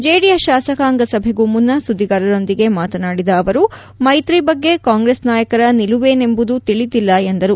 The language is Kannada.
ಚೆಡಿಎಸ್ ಶಾಸಕಾಂಗ ಸಭೆಗೂ ಮುನ್ನಾ ಸುದ್ದಿಗಾರರೊಂದಿಗೆ ಮಾತನಾಡಿದ ಅವರು ಮೈತ್ರಿ ಬಗ್ಗೆ ಕಾಂಗ್ರೆಸ್ ನಾಯಕರ ನಿಲುವೇನೆಂಬುದು ತಿಳಿದಿಲ್ಲ ಎಂದರು